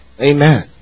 Amen